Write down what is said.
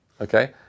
okay